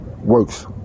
works